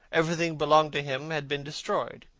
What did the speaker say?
everything belonging to him had been destroyed.